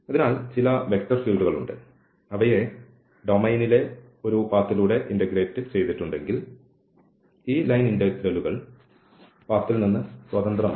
അതിനാൽ ചില വെക്റ്റർ ഫീൽഡുകൾ ഉണ്ട് അവയെ ഡൊമെയ്നിലെ ഒരു പാത്ത്ലൂടെ ഇന്റഗ്രേറ്റ് ചെയ്തിട്ടുണ്ടെങ്കിൽ ഈ ലൈൻ ഇന്റഗ്രലുകൾ പാത്ത്ൽ നിന്ന് സ്വതന്ത്രമാണ്